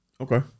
Okay